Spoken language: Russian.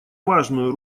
важную